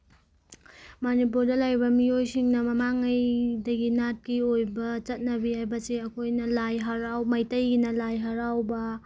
ꯃꯅꯤꯄꯨꯔꯗ ꯂꯩꯕ ꯃꯤꯑꯣꯏꯁꯤꯡꯅ ꯃꯃꯥꯡꯉꯩꯗꯒꯤ ꯅꯥꯠꯀꯤ ꯑꯣꯏꯕ ꯆꯠꯅꯕꯤ ꯍꯥꯏꯕꯁꯦ ꯑꯩꯈꯣꯏꯅ ꯂꯥꯏ ꯍꯔꯥꯎ ꯃꯩꯇꯩꯒꯤꯅ ꯂꯥꯏ ꯍꯔꯥꯎꯕ